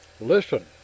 Listen